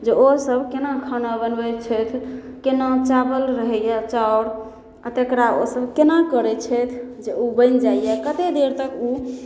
जे ओ सब केना खाना बनबैत छथि केना चाबल रहैया चाउर आ तेकरा ओ सब केना करै छथि जे ओ बनि जाइया कते देर तक ओ